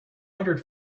hundred